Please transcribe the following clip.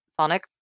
Sonic